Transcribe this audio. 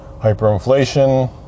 hyperinflation